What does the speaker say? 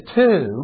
two